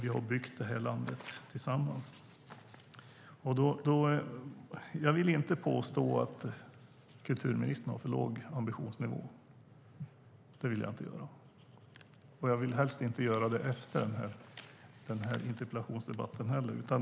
Vi har byggt det här landet tillsammans. Jag vill inte påstå att kulturministern har för låg ambitionsnivå, och jag vill helst inte göra det heller efter den här interpellationsdebatten.